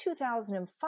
2005